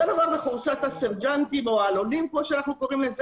אותו דבר בחורשת הסרג'נטים או האלונים כמו שאנחנו קוראים לה.